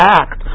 act